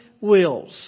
wills